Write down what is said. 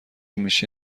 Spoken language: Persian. میشه